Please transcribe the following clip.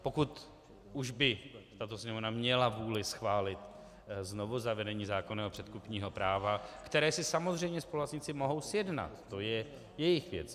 Pokud už by Sněmovna měla vůli schválit znovuzavedení zákonného předkupního práva které si samozřejmě spoluvlastníci mohou sjednat, to je jejich věc.